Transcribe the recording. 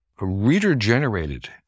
reader-generated